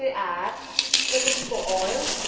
add vegetable oil.